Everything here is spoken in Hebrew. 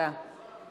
תודה.